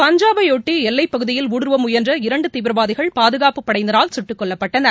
பஞ்சாபையொட்டி எல்லைப்பகுதியில் ஊடுறுவ முயன்ற இரண்டு தீவிரவாதிகள் பாதுகாப்புப் படையினரால் சுட்டுக் கொல்லப்பட்டனர்